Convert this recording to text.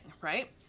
right